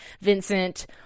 Vincent